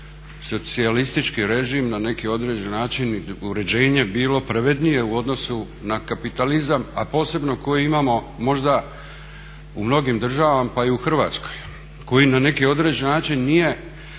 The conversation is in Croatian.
sigurno socijalistički režim na neki određen način uređenje bilo pravednije u odnosu na kapitalizam, a posebno koji imamo možda u mnogim državama pa i u Hrvatskoj koji na neki određen način nije kontroliran,